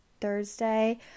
thursday